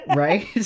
Right